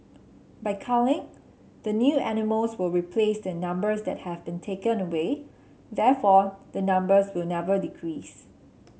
by culling the new animals will replace the numbers that have been taken away therefore the numbers will never decrease